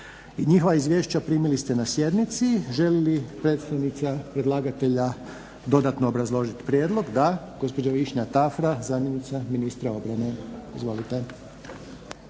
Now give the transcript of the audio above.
Njihova izvješća primili na sjednici. Želi li predstavnica predlagatelja dodatno obrazložit prijedlog? Da. Gospođa Višnja Tafra, zamjenica ministra obrane. Izvolite.